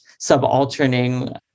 subalterning